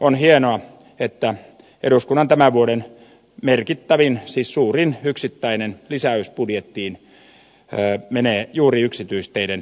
on hienoa että eduskunnan tämän vuoden merkittävin siis suurin yksittäinen lisäys budjettiin menee juuri yksityisteiden kunnossapitoon